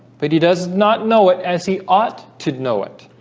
but he does not know it as he ought to know it